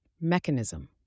Mechanism